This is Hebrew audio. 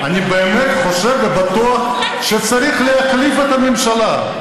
אני באמת חושב ובטוח שצריך להחליף את הממשלה,